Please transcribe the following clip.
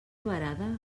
varada